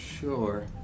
Sure